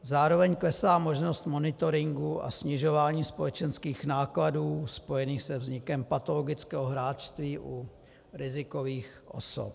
Zároveň klesá možnost monitoringu a snižování společenských nákladů spojených se vznikem patologického hráčství u rizikových osob.